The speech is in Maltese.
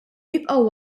jibqgħu